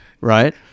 right